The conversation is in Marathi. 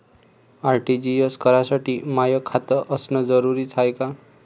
आर.टी.जी.एस करासाठी माय खात असनं जरुरीच हाय का?